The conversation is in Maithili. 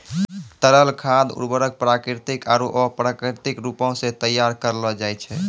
तरल खाद उर्वरक प्राकृतिक आरु अप्राकृतिक रूपो सें तैयार करलो जाय छै